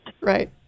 Right